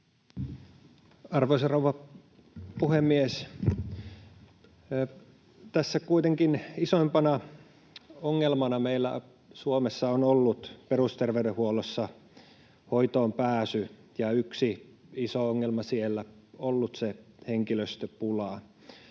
Arvoisa rouva puhemies! Tässä kuitenkin isoimpana ongelmana meillä Suomessa on ollut perusterveydenhuollossa hoitoonpääsy, ja yksi iso ongelma siellä on ollut henkilöstöpula